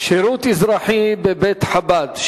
שירות אזרחי בבית-חב"ד.